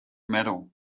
medal